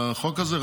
החוק הזה,